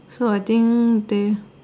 so I think they